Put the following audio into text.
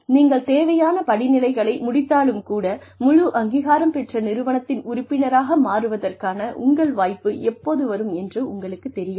நீங்கள் தேவையான படிநிலைகளை முடித்தாலும் கூட முழு அங்கீகாரம் பெற்ற நிறுவனத்தின் உறுப்பினராக மாறுவதற்கான உங்கள் வாய்ப்பு எப்போது வரும் என்று உங்களுக்குத் தெரியாது